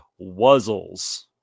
wuzzles